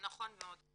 זה נכון מאוד.